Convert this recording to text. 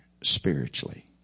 spiritually